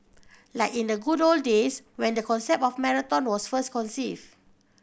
like in the good old days when the concept of marathon was first conceived